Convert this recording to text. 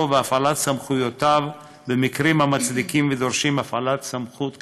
והפעלת סמכויותיו במקרים המצדיקים ודורשים הפעלת סמכות כאמור.